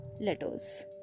letters